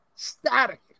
Static